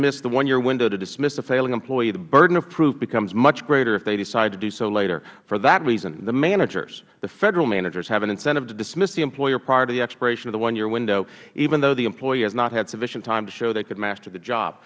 miss the one year window to dismiss a failing employee the burden of proof becomes much greater if they decide to do so later for that reason the federal managers have an incentive to dismiss the employee prior to the expiration of the one year window even though the employee has not had sufficient time to show they could master the job